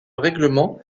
règlement